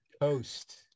Coast